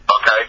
Okay